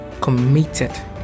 committed